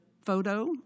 photo